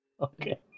okay